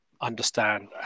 understand